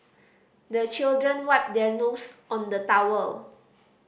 the children wipe their nose on the towel